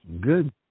Good